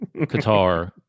Qatar